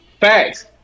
Facts